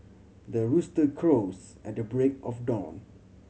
the rooster crows at the break of dawn